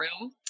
room